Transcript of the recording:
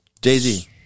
Jay-Z